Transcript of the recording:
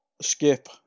Skip